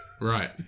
Right